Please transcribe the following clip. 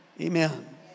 Amen